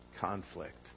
conflict